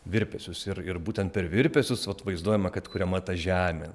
virpesius ir ir būtent per virpesius vat vaizduojama kad kuriama ta žemė